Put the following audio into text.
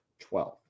Twelve